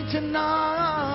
Tonight